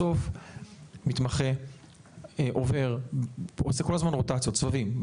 בסוף מתמחה עושה כל הזמן רוטציות, סבבים.